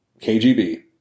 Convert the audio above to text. KGB